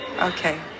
Okay